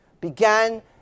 began